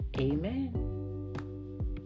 amen